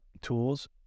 tools